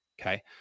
Okay